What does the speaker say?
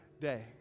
day